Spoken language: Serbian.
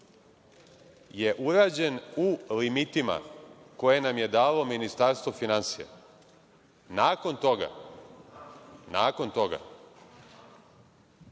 je urađen u limitima koje nam je dalo Ministarstvo finansija. Nakon toga, gospođa